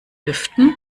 lüften